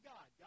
God